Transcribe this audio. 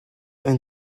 and